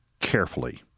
carefully